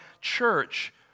church